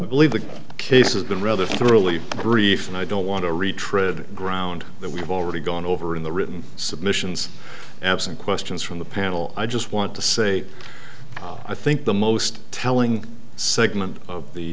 i believe the case has been rather thoroughly brief and i don't want to retread ground that we've already gone over in the written submissions absent questions from the panel i just want to say i think the most telling segment of the